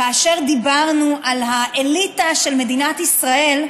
כאשר דיברנו על האליטה של מדינת ישראל,